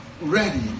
ready